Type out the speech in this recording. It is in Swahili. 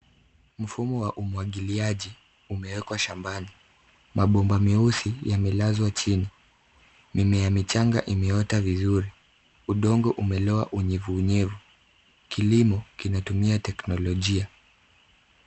Mfumo wa umwagiliaji umewekwa shambani. Mabomba meusi yamelazwa chini. Mimea michanga imeota vizuri. Udongo umeloa unyevu unyevu. Kilimo kinatumia teknolojia.